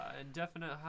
indefinite